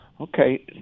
Okay